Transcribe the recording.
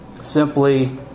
Simply